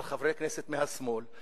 על חברי הכנסת מהשמאל,